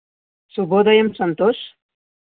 శుభోదయం సంతోష్